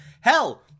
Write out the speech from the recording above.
Hell